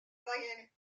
voyelles